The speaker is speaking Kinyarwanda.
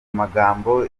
magambo